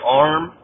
arm